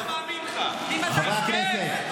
גזגז, גזגז, מאמין לך, חברי הכנסת.